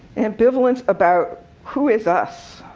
ambivalence about who is us.